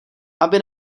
aby